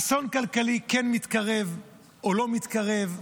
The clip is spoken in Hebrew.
אסון כלכלי כן מתקרב או לא מתקרב,